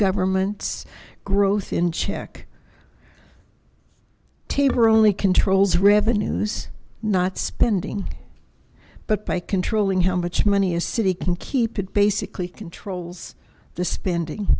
governments growth in check taber only controls revenues not spending but by controlling how much money a city can keep it basically controls the spending